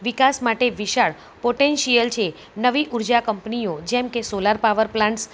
વિકાસ માટે વિશાળ પોટેન્શિયલ છે નવી ઉર્જા કંપનીઓ જેમકે સોલાર પાવર પ્લાન્ટસ